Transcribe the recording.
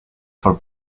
for